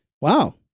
Wow